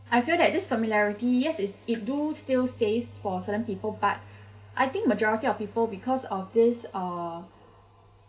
I feel that this familiarity yes is it do still stays for certain people but I think majority of people because of this uh